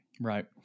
right